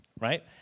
right